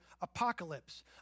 apocalypse